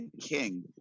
king